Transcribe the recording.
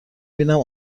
بینم